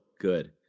good